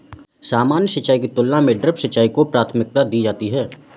सामान्य सिंचाई की तुलना में ड्रिप सिंचाई को प्राथमिकता दी जाती है